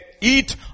eat